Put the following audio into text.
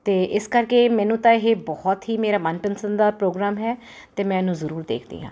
ਅਤੇ ਇਸ ਕਰਕੇ ਮੈਨੂੰ ਤਾਂ ਇਹ ਬਹੁਤ ਹੀ ਮੇਰਾ ਮਨਪਸੰਦ ਦਾ ਪ੍ਰੋਗਰਾਮ ਹੈ ਅਤੇ ਮੈਂ ਇਹਨੂੰ ਜ਼ਰੂਰ ਦੇਖਦੀ ਹਾਂ